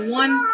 one